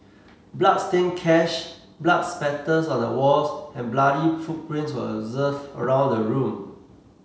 bloodstained cash blood splatters on the walls and bloody footprints were observed around the room